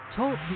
Talk